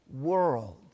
world